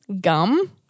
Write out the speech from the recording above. gum